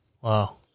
Wow